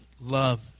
love